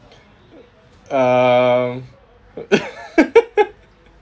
um